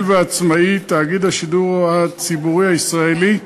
ועצמאי, תאגיד השידור הציבורי הישראלי,